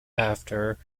after